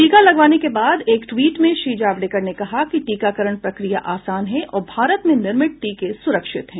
टीका लगवाने के बाद एक ट्वीट में श्री जावडेकर ने कहा कि टीकाकरण प्रक्रिया आसान है और भारत में निर्मित टीके सुरक्षित हैं